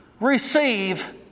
receive